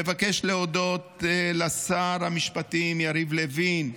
אני מבקש להודות לשר המשפטים יריב לוין,